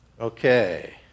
Okay